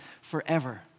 forever